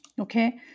okay